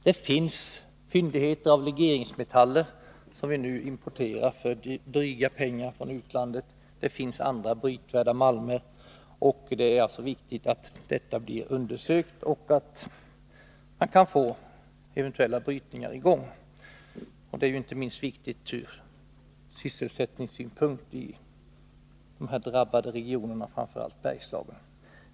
Det finns fyndigheter av legeringsmetaller som vi nu importerar för dryga pengar från utlandet, och det finns andra brytvärda metaller. Det är viktigt att detta blir undersökt och att man kan få i gång eventuella brytningar. Detta är inte minst viktigt från sysselsättningssynpunkt i de här drabbade regionerna, framför allt Bergslagen.